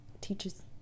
teaches